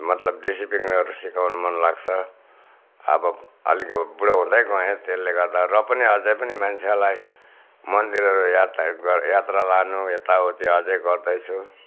मतलब डिसिप्लिनहरू सिकाउनु मनलाग्छ अब अलिक अब बुढो हुँदै गएँ त्यसले गर्दा र पनि अझै पनि मान्छेलाई मन्दिरहरू यात्रा यात्रा लानु यताउति अझै गर्दैछु